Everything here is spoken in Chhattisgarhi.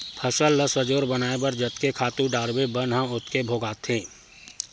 फसल ल सजोर बनाए बर जतके खातू डारबे बन ह ओतके भोगाथे